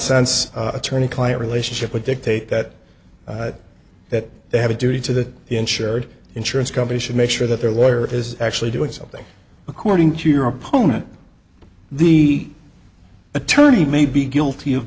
sense attorney client relationship would dictate that that they have a duty to the insured insurance company should make sure that their lawyer is actually doing something according to your opponent the attorney may be guilty of